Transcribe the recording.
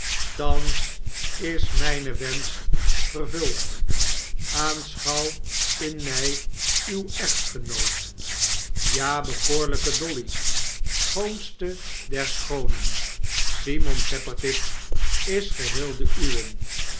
thans is mijn wensch vervuld aanschouw in mij uw echtgenoot ja bekoorlijke dolly schoonste der schoonen simon tappertit ia geheel de uwe